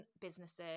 businesses